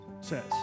says